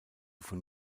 von